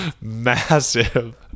massive